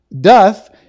doth